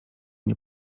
nie